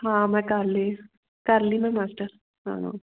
ਹਾਂ ਮੈਂ ਕਰ ਲਈ ਕਰ ਲਈ ਮੈਂ ਮਾਸਟਰ ਹਾਂ